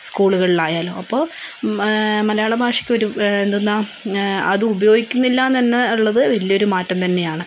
സ്കൂളുകളിലായാലും അപ്പോൾ മലയാള ഭാഷയ്ക്കൊരു എന്ത് എന്നാണ് അത് ഉപയോഗിക്കുന്നില്ല എന്നുതന്നെ ഉള്ളത് വലിയൊരു മാറ്റം തന്നെയാണ്